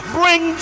bring